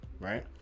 right